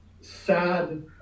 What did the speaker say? sad